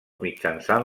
mitjançant